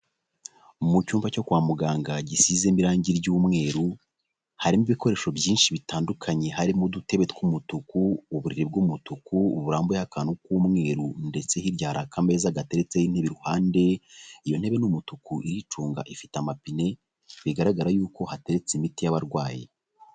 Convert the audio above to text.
Mu cyumba cyo kwa muganga gisizemo irangi ry'umweru harimo ibikoresho byinshi bitandukanye harimo udutebe tw'umutuku ,uburiri bw'umutuku burambuyeho akantu k'umweru ndetse hirya hari akameza gateretseho intebe iruhande iyo ntebe n'umutuku iyicunga ifite amapine bigaragara yuko hateretse imiti y'abarwayi.